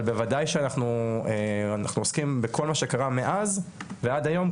אבל בוודאי שאנחנו עוסקים בכל מה שקרה מאז ועד היום,